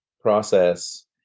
process